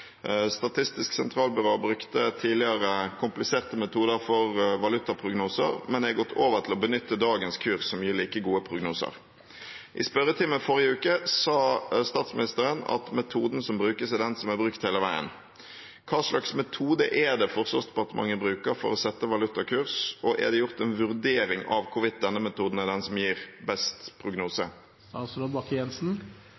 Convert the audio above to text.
Statistisk sentralbyrå brukte tidligere kompliserte metoder for valutaprognoser, men er gått over til å benytte dagens kurs, som gir like gode prognoser. I spørretimen forrige uke sa statsminister Solberg at metoden som brukes, er den som er brukt hele veien. Hva slags metode bruker Forsvarsdepartementet for å sette valutakurs, og er det gjort en vurdering av hvorvidt denne metoden er den som gir best